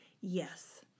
yes